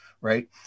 Right